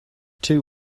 two